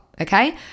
okay